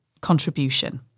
contribution